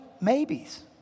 maybes